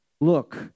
Look